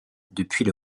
depuis